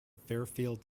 fairfield